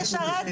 איפה הוא משרת?